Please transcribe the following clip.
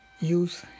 Use